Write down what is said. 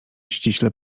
ściśle